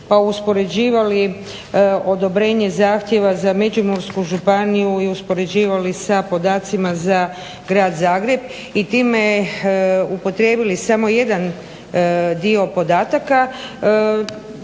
pa uspoređivali odobrenje zahtjeva za Međimursku županiju i uspoređivali sa podacima za Grad Zagreb i time upotrijebili samo jedan dio podataka